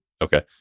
Okay